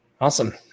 awesome